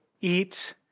eat